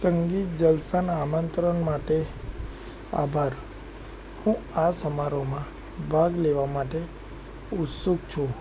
સંગીત જલસાનાં આમંત્રણ માટે આભાર હું આ સમારોહમાં ભાગ લેવા માટે ઉત્સુક છું